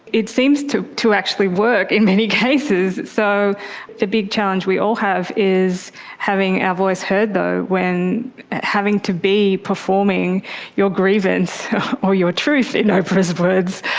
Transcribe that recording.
it seems to to actually work in many cases. so the big challenge we all have is having our voice heard though when having to be performing your grievance or your truth, in oprah's words,